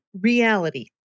reality